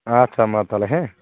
ᱟᱪᱪᱷᱟ ᱢᱟ ᱛᱟᱦᱚᱞᱮ ᱦᱮᱸ